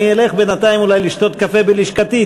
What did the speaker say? אני אלך בינתיים לשתות קפה בלשכתי,